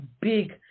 big